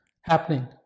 happening